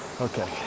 Okay